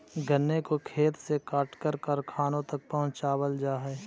गन्ने को खेत से काटकर कारखानों तक पहुंचावल जा हई